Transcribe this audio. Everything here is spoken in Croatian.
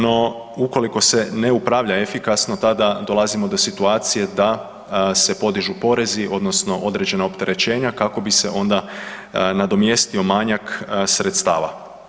No, ukoliko se ne upravlja efikasno tada dolazimo do situacije da se podižu porezi odnosno određena opterećenja kako bi se onda nadomjestio manjak sredstava.